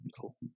cool